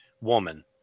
woman